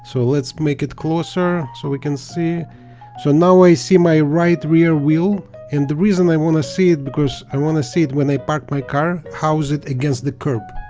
so let's make it closer so we can see so now i see my right rear wheel and the reason i want to see it because i want to see it when i park my car how's it against the curb